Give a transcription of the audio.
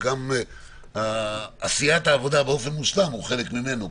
גם עשיית העבודה באופן מושלם היא חלק ממנו.